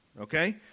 okay